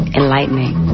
enlightening